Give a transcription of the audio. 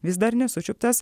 vis dar nesučiuptas